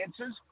answers